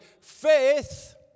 faith